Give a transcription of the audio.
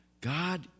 God